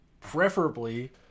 preferably